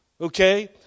Okay